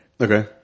Okay